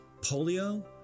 polio